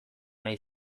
nahi